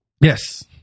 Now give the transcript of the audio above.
Yes